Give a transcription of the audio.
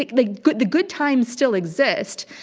like the good the good times still exist.